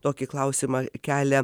tokį klausimą kelia